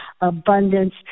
abundance